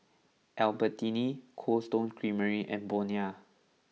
Albertini Cold Stone Creamery and Bonia